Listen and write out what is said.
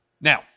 Now